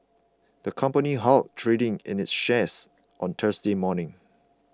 the company halted trading in its shares on Thursday morning